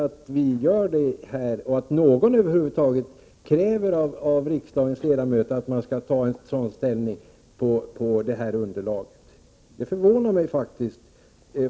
Det hör inte till vanligheterna att någon över huvud taget kräver av riksdagens ledamöter att de skall ta ställning på ett sådant underlag som det vi har i dag.